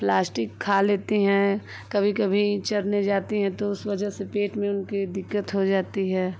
plastic खा लेती हैं कभी कभी चरने जाती हैं तो उस वजह से पेट में उनके दिक्कत हो जाती है